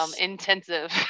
intensive